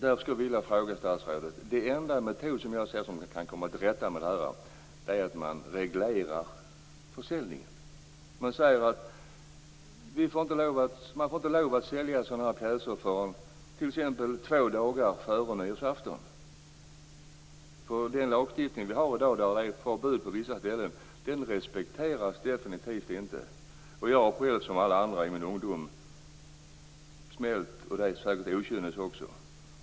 Därför tror jag, statsrådet, att den enda metoden att komma till rätta med detta är att reglera försäljningen så att man inte får lov att sälja sådana pjäser förrän t.ex. två dagar före nyårsafton. Den lag som vi har i dag med förbud på vissa ställen respekteras definitivt inte. Jag har själv, som många andra, i min ungdom smällt, säkert också okynnessmällt.